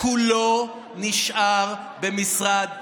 הגפ"ן כולו נשאר במשרד החינוך.